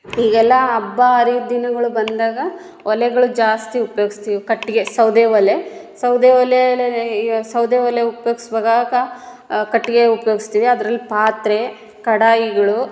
ಈಗೆಲ್ಲ ಹಬ್ಬ ಹರಿದಿನಗಳು ಬಂದಾಗ ಒಲೆಗಳು ಜಾಸ್ತಿ ಉಪ್ಯೋಗ್ಸ್ತೀವಿ ಕಟ್ಟಿಗೆ ಸೌದೆ ಒಲೆ ಸೌದೆ ಒಲೆ ಸೌದೆ ಒಲೆ ಉಪ್ಯೋಗ್ಸುವಾಗ ಕಟ್ಟಿಗೆ ಉಪಯೋಗ್ಸ್ತೀವಿ ಅದ್ರಲ್ಲಿ ಪಾತ್ರೆ ಕಡಾಯಿಗಳು